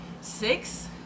six